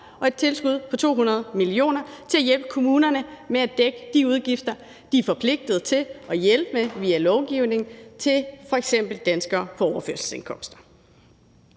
og et tilskud på 200 mio. kr. til at hjælpe kommunerne med at dække de udgifter, de er forpligtet til at hjælpe med via lovgivning, til f.eks. danskere på overførselsindkomster.